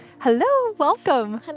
hello, welcome.